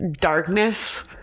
darkness